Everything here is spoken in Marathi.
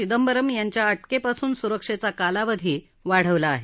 चिदंबरम यांच्या अटकेपासून सुरक्षेचा कालावधी वाढवला आहे